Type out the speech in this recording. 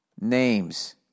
names